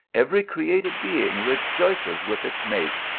every cre ated being rejoices with its mate.